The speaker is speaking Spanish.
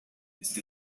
esta